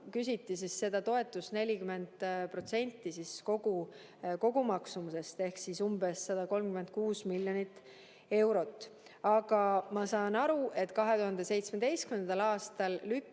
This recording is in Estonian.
küsiti seda toetust 40% kogumaksumusest ehk umbes 136 miljonit eurot. Aga ma saan aru, et 2017. aastal lükkas